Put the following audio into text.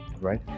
right